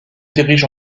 dirige